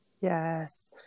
Yes